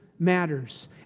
matters